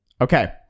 Okay